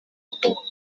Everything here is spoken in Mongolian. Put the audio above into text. одов